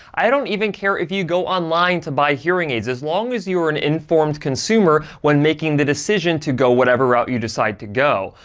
i don't even care if you go online to buy hearing aids. as long as you're an informed consumer, when making the decision to go whatever route you decide to go,